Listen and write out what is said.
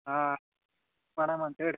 ಹಾಂ ಮಾಡಮ್ ಅಂತ್ಹೇಳಿ ರೀ